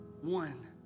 one